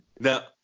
Now